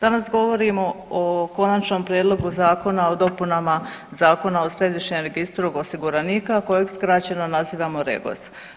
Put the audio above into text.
Danas govorimo o Konačnom prijedlogu zakona o dopunama Zakona o središnjem registru osiguranika kojeg skraćeno nazivamo Regos.